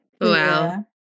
Wow